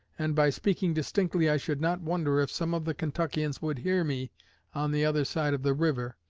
and by speaking distinctly i should not wonder if some of the kentuckians would hear me on the other side of the river.